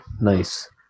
Nice